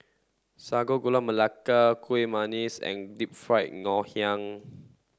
sago gula melaka kuih and deep fried Ngoh Hiang